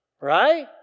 right